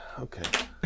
Okay